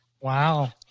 Wow